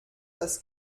das